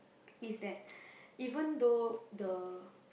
is that even though the